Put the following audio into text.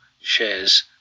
shares